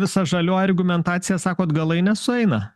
visa žalioji argumentacija sakot galai nesueina